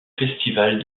festival